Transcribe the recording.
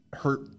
hurt